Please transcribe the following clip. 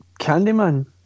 Candyman